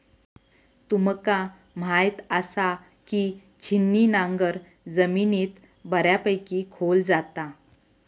तुमका म्हायत आसा, की छिन्नी नांगर जमिनीत बऱ्यापैकी खोल जाता